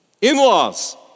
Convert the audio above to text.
In-laws